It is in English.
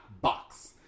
box